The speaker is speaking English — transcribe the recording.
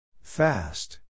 Fast